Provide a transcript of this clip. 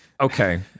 Okay